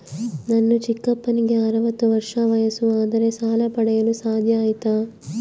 ನನ್ನ ಚಿಕ್ಕಪ್ಪನಿಗೆ ಅರವತ್ತು ವರ್ಷ ವಯಸ್ಸು ಆದರೆ ಸಾಲ ಪಡೆಯಲು ಸಾಧ್ಯ ಐತಾ?